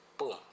Boom